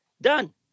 Done